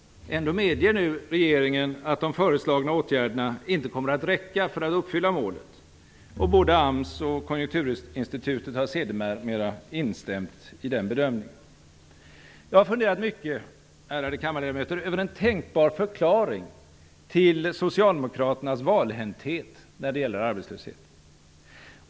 Ändå medger nu regeringen att de föreslagna åtgärderna inte kommer att räcka för att uppfylla målet. Både AMS och Konjunkturinstitutet har sedermera instämt i den bedömningen. Ärade kammarledamöter! Jag har funderat mycket över en tänkbar förklaring till Socialdemokraternas valhänthet när det gäller arbetslösheten.